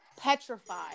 petrified